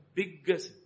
biggest